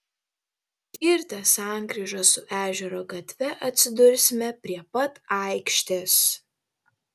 kirtę sankryžą su ežero gatve atsidursime prie pat aikštės